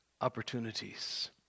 opportunities